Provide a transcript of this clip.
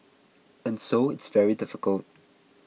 and so it's very difficult